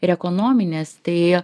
ir ekonominės tai